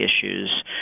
issues